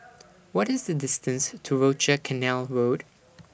What IS The distance to Rochor Canal Road